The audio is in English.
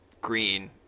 green